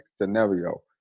scenario